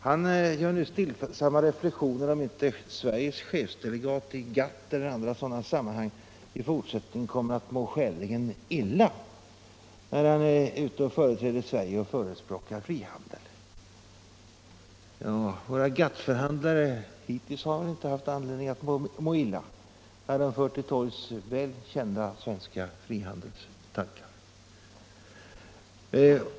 Han gjorde här den stillsamma reflexionen om inte Sveriges chefsdelegat i GATT eller andra sådana sammanhang i fortsättningen kommer att må skäligen illa, när han som företrädare för Sverige förespråkar frihandel. Ja, våra GATT-förhandlare har väl hittills inte haft någon anledning att må illa, när de har torgfört väl kända svenska frihandelstankar!